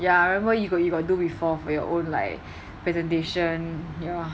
ya I remember you got you got do before for your own like presentation ya